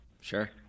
Sure